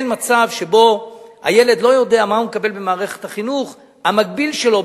אין מצב שבו הילד לא יודע מה מקבל במערכת החינוך המקביל שלו,